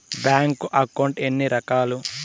bank account ఎన్ని రకాలు